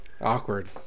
Awkward